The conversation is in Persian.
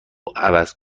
عوض